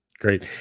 Great